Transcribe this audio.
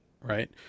right